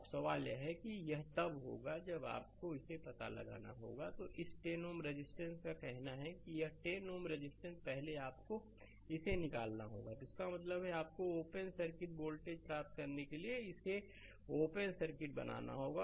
अब सवाल यह है कि यह तब होगा जब आपको इसका पता लगाना होगा तो इस 10 Ω रेजिस्टेंस का कहना है कि यह 10 Ω रेजिस्टेंस पहले आपको इसे निकालना होगा इसका मतलब है आपको ओपन सर्किट वोल्टेज प्राप्त करने के लिए इसे ओपन सर्किट बनाना होगा